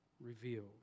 revealed